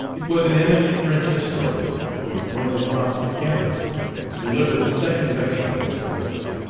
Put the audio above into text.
it was an eminent french historian who was going across to the campus to deliver the second lecture of his course.